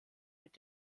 mit